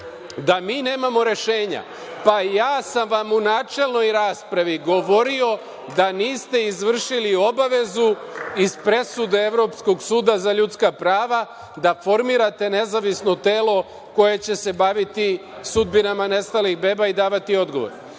da mi nemamo rešenja. Pa, ja sam vam u načelnoj raspravi govorio da niste izvršili obavezu iz presude Evropskog suda za ljudska prava, da formirate nezavisno telo koje će se baviti sudbinama nestalih beba i davati odgovore. Vi